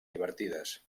divertides